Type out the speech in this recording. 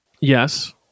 Yes